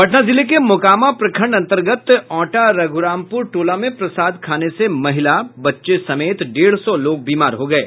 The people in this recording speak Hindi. पटना जिले के मोकामा प्रखंड अंतर्गत औंटा रघुरामपुर टोला में प्रसाद खाने से महिला बच्चे समेत डेढ़ सौ लोग बीमार हो गये